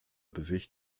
bewegt